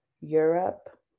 Europe